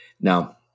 Now